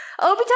Obito